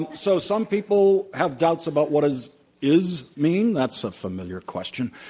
and so some people have doubts about what does is mean, that's a familiar question.